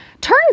Turns